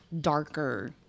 darker